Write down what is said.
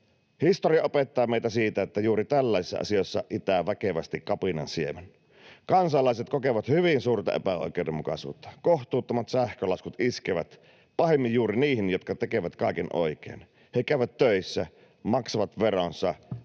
historia opettaa meitä siitä, että juuri tällaisissa asioissa itää väkevästi kapinan siemen. Kansalaiset kokevat hyvin suurta epäoikeudenmukaisuutta. Kohtuuttomat sähkölaskut iskevät pahimmin juuri niihin, jotka tekevät kaiken oikein — käyvät töissä, maksavat veronsa,